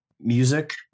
music